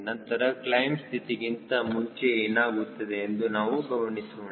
ನಂತರ ಕ್ಲೈಮ್ ಸ್ಥಿತಿಗಿಂತ ಮುಂಚೆ ಏನಾಗುತ್ತದೆ ಎಂದು ನಾವು ಗಮನಿಸೋಣ